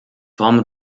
formen